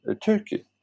Turkey